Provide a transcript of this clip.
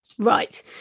Right